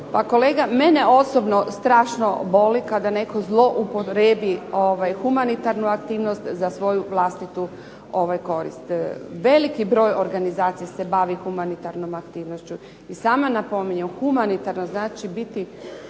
Pa kolega, mene osobno strašno boli kada netko zloupotrijebi humanitarnu aktivnost za svoju vlastitu korist. Veliki broj organizacija se bavi humanitarnom aktivnošću i sama napominjem, humanitarno znači biti